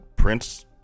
Prince